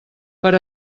per